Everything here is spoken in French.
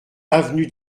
avenue